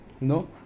No